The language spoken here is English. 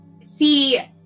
See